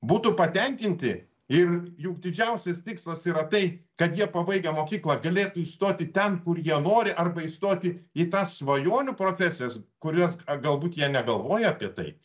būtų patenkinti ir juk didžiausias tikslas yra tai kad jie pabaigę mokyklą galėtų įstoti ten kur jie nori arba įstoti į tas svajonių profesijas kurias galbūt jie negalvoja apie tai